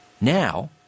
Now